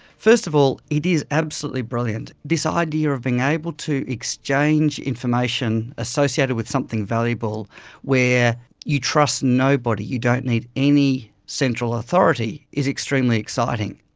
first of all, it is absolutely brilliant. this idea of being able to exchange information associated with something valuable where you trust nobody, you don't need any central authority, is extremely exciting.